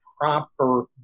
proper